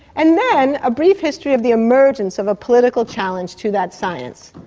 and then a brief history of the emergence of a political challenge to that science.